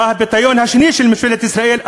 בא הפיתיון השני של ממשלת ישראל,